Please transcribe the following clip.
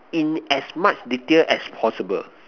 in as much detail as possible